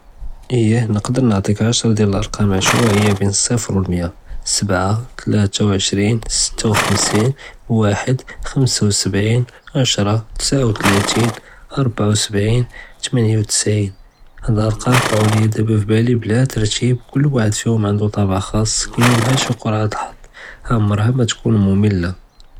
אִייֵה נְקַדַּר נְעַטִּיך עֲשָׂרָה דְל-אֶל-אַרְקָאם עַשְׁוָאִיִּיּה בֵּין אֶל-צִירְף וְאֶל-מֵיַּה, סְבַעָה תְּלָאתָה וְעֶשְׂרִין, שִׁתַּה וְחֻמְסִין, וַחַד, חַמְסָה וְשִׁבְעִין, עֲשָׂרָה, תִּסְעַה וְתְּלָאתִין, רְבְעַה וְשִׁבְעִין, תְּמְנִיָה וְתִשְׁעִין. הַאדּ אֶל-אַרְקָאם טְלְעוּ לְיַא דַּבָּא פִּילִי בְּלָא תַּרְתִּיב, כֻּל וַחַד פִּיהוּ טַאבְע חַאס כִּימָא בְּחַאל שִי קַרְעַה דַאל-חַזّ.